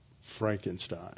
Frankenstein